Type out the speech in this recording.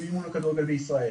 ממימון הכדורגל בישראל